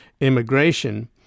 immigration